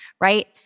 Right